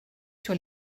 sur